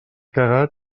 cagat